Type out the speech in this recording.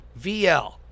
VL